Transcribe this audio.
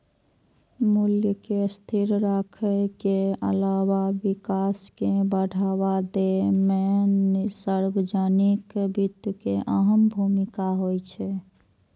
मूल्य कें स्थिर राखै के अलावा विकास कें बढ़ावा दै मे सार्वजनिक वित्त के अहम भूमिका होइ छै